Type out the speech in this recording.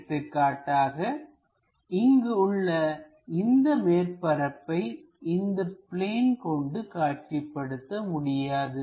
எடுத்துக்காட்டாக இங்கு உள்ள இந்த மேற்பரப்பை இந்த பிளேன் கொண்டு காட்சிப்படுத்த முடியாது